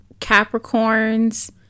Capricorns